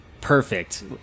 perfect